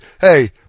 hey